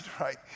right